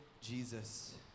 Jesus